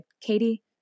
Katie